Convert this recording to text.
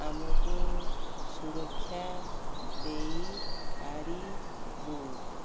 ଆମକୁ ସୁରକ୍ଷା ଦେଇପାରିବୁ